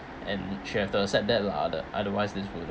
and she have to accept that lah other otherwise this wouldn't